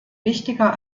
wichtiger